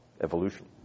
evolution